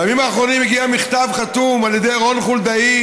בימים האחרונים הגיע מכתב חתום על ידי רון חולדאי,